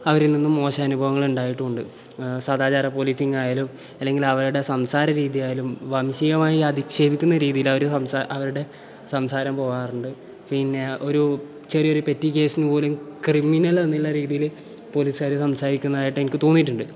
അവരിൽ നിന്നും മോശം അനുഭവങ്ങൾ ഉണ്ടായിട്ടും ഉണ്ട് സദാചാര പോലീസിംഗ് ആയാലും അല്ലെങ്കിൽ അവരുടെ സംസാര രീതിയായാലും വംശീയമായി അധിക്ഷേപിക്കുന്ന രീതിയിൽ അവർ അവരുടെ സംസാരം പോകാറുണ്ട് പിന്നെ ഒരു ചെറിയ ഒരു പെറ്റി കേസിന് പോലും ക്രിമിനൽ എന്നുള്ള രീതിയിൽ പോലീസുകാർ സംസാരിക്കുന്നതായിട്ട് എനിക്ക് തോന്നിയിട്ടുണ്ട്